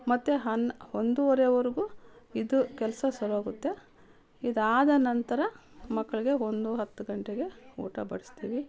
ಮತ್ತೆ ಹನ್ನೊಂದುವರೆವರ್ಗೂ ಇದು ಕೆಲಸ ಸರೋಗುತ್ತೆ ಇದಾದ ನಂತರ ಮಕ್ಳಿಗೆ ಒಂದು ಹತ್ತು ಗಂಟೆಗೆ ಊಟ ಬಡಿಸ್ತೀವಿ